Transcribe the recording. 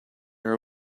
are